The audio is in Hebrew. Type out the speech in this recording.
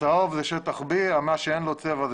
הצהוב זה שטח B ומה שאין לו צבע,